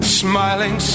smiling